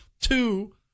two